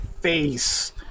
face